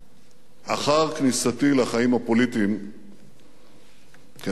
אחר כניסתי לחיים הפוליטיים כאדם צעיר,